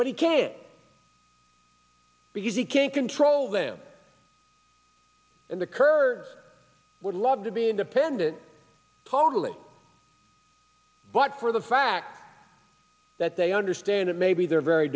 but he can't because he can't control them and the kurds would love to be independent totally but for the fact that they understand it may be their very